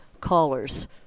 callers